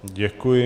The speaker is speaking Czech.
Děkuji.